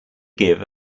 give